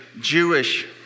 Jewish